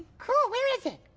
cool, where is it?